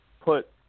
put